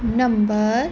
number